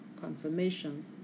confirmation